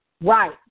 Right